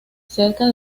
cerca